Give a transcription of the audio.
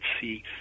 see